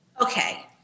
Okay